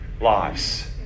lives